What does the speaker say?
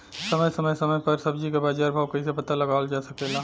समय समय समय पर सब्जी क बाजार भाव कइसे पता लगावल जा सकेला?